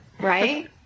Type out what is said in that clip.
Right